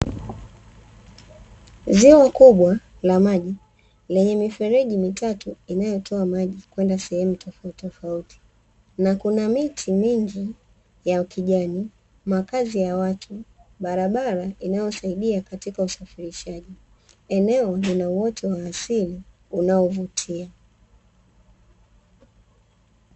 Ziwa kubwa la maji lenye mifereji mitatu inayotoa maji kwenda sehemu tofautitofauti na kuna miti mingi ya kijani, makazi ya watu, barabara inayosaidia katika usafirishaji. Eneo lina uoto wa asili unaovutia.